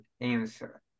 answer